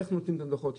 איך נותנים את הדוחות,